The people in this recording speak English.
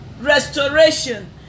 restoration